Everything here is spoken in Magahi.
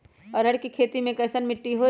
अरहर के खेती मे कैसन मिट्टी होइ?